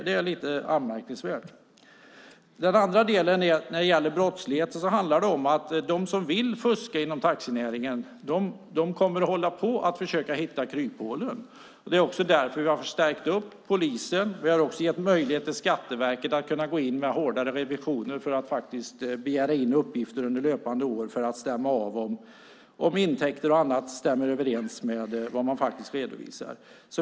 Det är lite anmärkningsvärt. När det gäller brottsligheten handlar det om att de som vill fuska inom taxinäringen kommer att försöka hitta kryphålen. Det är därför vi har förstärkt polisen. Vi har också gett möjlighet till Skatteverket att gå in med hårdare revisioner och begära in uppgifter under löpande år för att stämma av om intäkter och annat stämmer överens med vad man faktiskt redovisar.